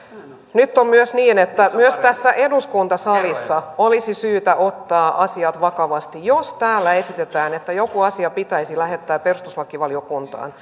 nyt on niin että myös tässä eduskuntasalissa olisi syytä ottaa asiat vakavasti jos täällä esitetään että joku asia pitäisi lähettää perustuslakivaliokuntaan